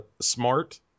smart